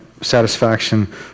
satisfaction